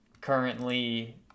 Currently